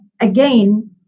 Again